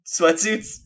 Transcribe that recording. sweatsuits